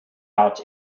out